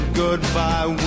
goodbye